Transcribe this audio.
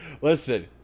Listen